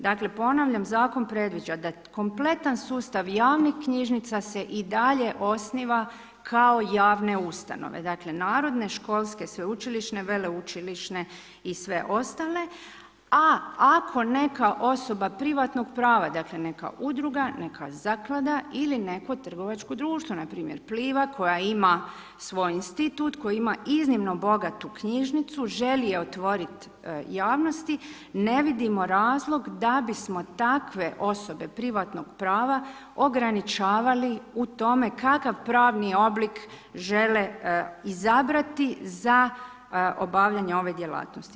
Dakle, ponavljam zakon predviđa da kompletan sustav javnih knjižnica se i dalje osniva kao javne ustanove dakle, narodne, školske, sveučilišne, veleučilišne i sve ostale a ako neka osoba privatnog prava, dakle neka udruga, neka zaklada ili neko trgovačko društvo, npr. Pliva koja ima svoj institut, koja ima iznimno bogatu knjižnicu, želi je otvorit javnosti, ne vidimo razlog da bi smo takve osobe privatnog prava ograničavati u tome kakav pravni oblik žele izabrati za obavljanje ove djelatnosti.